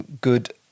good